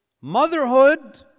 Motherhood